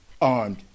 armed